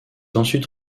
ensuite